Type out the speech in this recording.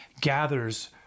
gathers